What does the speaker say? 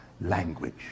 language